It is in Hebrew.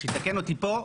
שיתקן אותי פה,